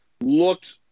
looked